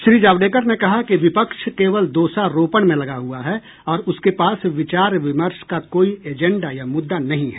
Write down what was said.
श्री जावड़ेकर ने कहा कि विपक्ष केवल दोषारोपण में लगा हुआ है और उसके पास विचार विमर्श का कोई एजेंडा या मुद्दा नहीं है